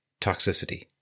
toxicity